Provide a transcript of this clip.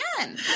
again